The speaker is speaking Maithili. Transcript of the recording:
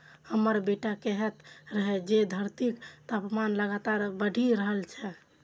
हमर बेटा कहैत रहै जे धरतीक तापमान लगातार बढ़ि रहल छै